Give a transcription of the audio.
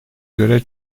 göre